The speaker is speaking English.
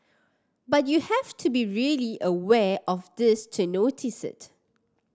but you have to be really aware of this to notice it